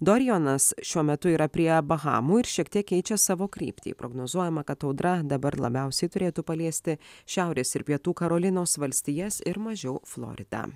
dorijonas šiuo metu yra prie bahamų ir šiek tiek keičia savo kryptį prognozuojama kad audra dabar labiausiai turėtų paliesti šiaurės ir pietų karolinos valstijas ir mažiau floridą